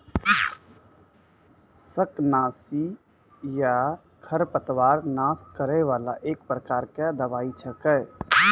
शाकनाशी या खरपतवार नाश करै वाला एक प्रकार के दवाई छेकै